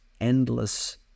endless